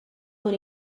con